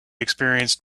experienced